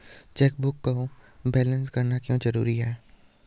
Chequebook को balance करना क्यों जरूरी है?